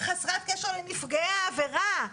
חסרת קשר לנפגעי העבירה.